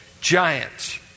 Giants